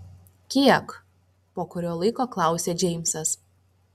kiek po kurio laiko klausia džeimsas